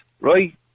right